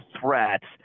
threats